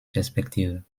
perspektive